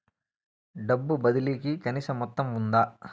డబ్బు బదిలీ కి కనీస మొత్తం ఉందా?